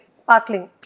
sparkling